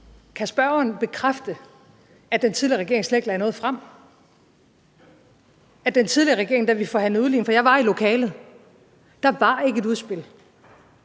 kan spørgeren bekræfte, at den tidligere regering slet ikke lagde noget frem, at der under den tidligere regering, da vi forhandlede udligning – for jeg var i lokalet – ikke var et udspil?